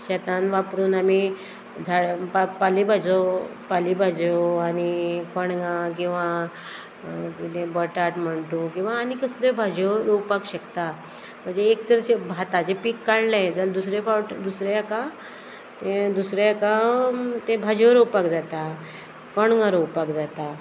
शेतान वापरून आमी झाड पा पाले भाजो पाले भाज्यो आनी कणगां किंवां किदें बटाट म्हणट तूं किंवां आनी कसल्यो भाजयो रोवपाक शकता म्हणजे एक जर भाताचें पीक काडलें जाल्यार दुसरें फावट दुसरें हाका तें दुसरे हाका तें भाजयो रोवपाक जाता कणगां रोवपाक जाता